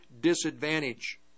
disadvantage